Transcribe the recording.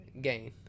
gain